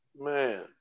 Man